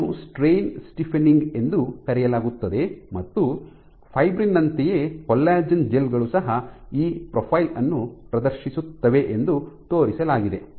ಇದನ್ನು strain stiffening ಎಂದು ಕರೆಯಲಾಗುತ್ತದೆ ಮತ್ತು ಫೈಬ್ರಿನ್ ನಂತೆಯೇ ಕೊಲ್ಲಜೆನ್ ಜೆಲ್ ಗಳು ಸಹ ಈ ಪ್ರೊಫೈಲ್ ಅನ್ನು ಪ್ರದರ್ಶಿಸುತ್ತವೆ ಎಂದು ತೋರಿಸಲಾಗಿದೆ